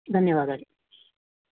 ధన్యవాదాలు